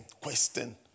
question